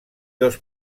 dos